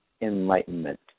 enlightenment